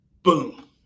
Boom